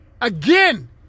again